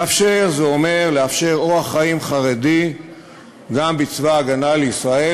לאפשר זה אומר לאפשר אורח חיים חרדי גם בצבא ההגנה לישראל,